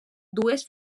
dues